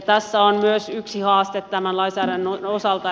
tässä on myös yksi haaste tämän lainsäädännön osalta